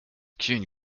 qu’une